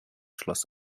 schloss